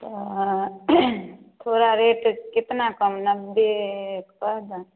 पूरा रेट कतना कम नब्बे